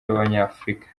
b’abanyafurika